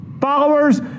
followers